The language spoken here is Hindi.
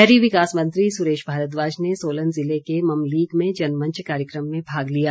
शहरी विकास मंत्री सुरेश भारद्वाज ने सोलन ज़िले के ममलीग में जनमंच कार्यक्रम में भाग लिया